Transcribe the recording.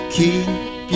keep